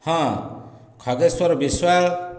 ହଁ ଖଗେଶ୍ୱର ବିଶ୍ୱାଳ